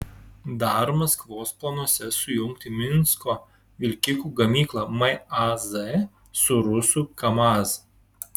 dar maskvos planuose sujungti minsko vilkikų gamyklą maz su rusų kamaz